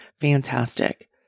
Fantastic